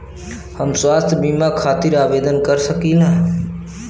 हम स्वास्थ्य बीमा खातिर आवेदन कर सकीला?